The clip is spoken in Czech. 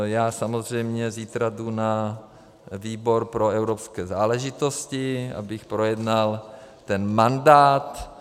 Já samozřejmě zítra jdu na výbor pro evropské záležitosti, abych projednal ten mandát.